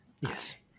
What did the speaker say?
yes